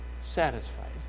satisfied